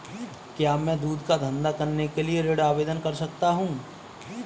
क्या मैं दूध का धंधा करने के लिए ऋण आवेदन कर सकता हूँ?